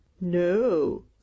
No